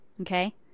okay